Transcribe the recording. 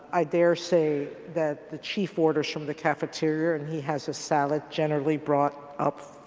i dare say that the chief orders from the cafeteria and he has a salad generally brought up.